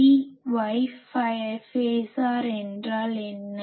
Ey phasor என்றால் என்ன